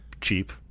Cheap